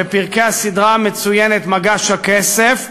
בפרקי הסדרה המצוינת "מגש הכסף",